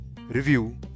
Review